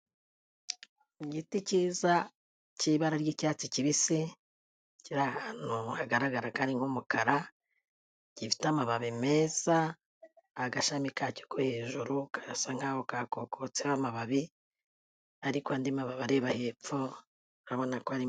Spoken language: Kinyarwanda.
Igiti cyiza cy'ibara ry'icyatsi kibisi kiri ahantu hagaragara ko ari nk'umukara gifite amababi meza. Agashami ka cyo ko hejuru karasa nkaho kakogotseho amababi, ariko andi mababi areba hepfo urabona ko ari.